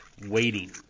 waiting